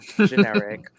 generic